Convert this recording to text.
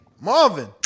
marvin